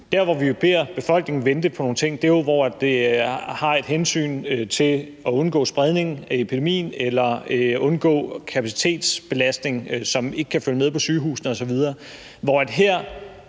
der, hvor vi jo beder befolkningen vente på nogle ting, er, hvor der er et hensyn til at undgå spredning af epidemien eller til at undgå kapacitetsbelastning, som gør, at man ikke kan følge med på sygehusene osv. Men den